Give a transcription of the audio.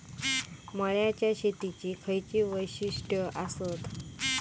मळ्याच्या शेतीची खयची वैशिष्ठ आसत?